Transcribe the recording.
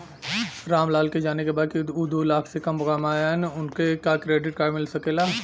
राम लाल के जाने के बा की ऊ दूलाख से कम कमायेन उनका के क्रेडिट कार्ड मिल सके ला?